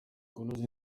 kunoza